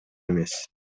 эмес